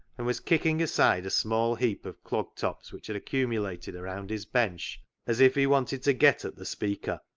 and was kicking aside a small heap of clog tops which had accumulated around his bench as if he wanted to get at the speaker,